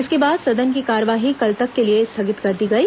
इसके बाद सदन की कार्यवाही कल तक के लिए स्थगित कर दी गई